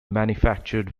manufactured